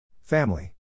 Family